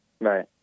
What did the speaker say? Right